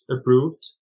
approved